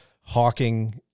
hawking